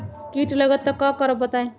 कीट लगत त क करब बताई?